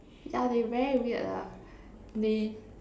yeah they very weird ah they